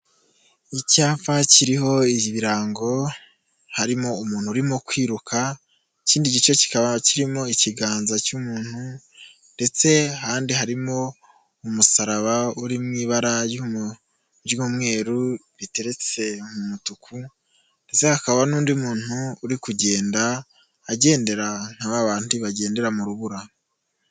Icyapa kiriho ibirango harimo umuntu urimo kwiruka; ikindi gice kikaba kirimo ikiganza cy'umuntu ndetse ahandi harimo umusaraba uri mu ibara ry'umweru riteretse mu mutuku ndetse hakaba n'undi muntu uri kugenda agendera nka babandi bagendera mu rubura.